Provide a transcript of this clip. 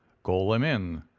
call them in,